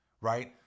Right